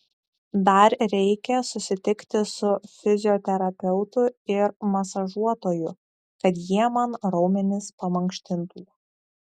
dar reikia susitikti su fizioterapeutu ir masažuotoju kad jie man raumenis pamankštintų